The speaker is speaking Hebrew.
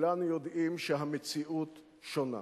כולנו יודעים שהמציאות שונה.